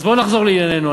בואו נחזור לענייננו.